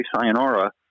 sayonara